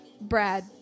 Brad